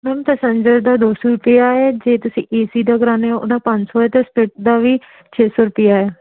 ma'am passenger ਦਾ ਦੋ ਸੌ ਰੁਪਈਆ ਏ ਜੇ ਤੁਸੀਂ ਏਸੀ ਦਾ ਕਰਾਉਂਦੇ ਹੋ ਉਹਦਾ ਪੰਜ ਸੌ ਹੈ ਅਤੇ ਦਾ ਵੀ ਛੇ ਸੌ ਰੁਪਈਆ ਹੈ